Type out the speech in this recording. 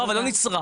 אבל לא נצרך.